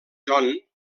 john